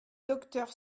docteur